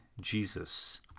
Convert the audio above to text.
Jesus